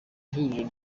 ihuriro